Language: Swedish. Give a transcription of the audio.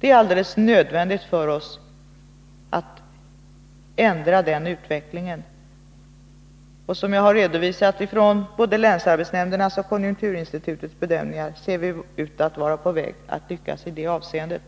Det är alldeles nödvändigt för oss att ändra den utvecklingen, och enligt både länsarbetsnämndernas och konjunkturinstitutets bedömningar ser det, som sagt, ut som om vi är på väg att lyckas i detta avseende.